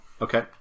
Okay